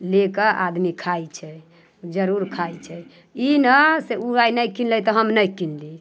लऽ कऽ आदमी खाइत छै जरूर खाइत छै ई नहि से ओ आइ नहि कीनलै तऽ हम आइ नहि किनली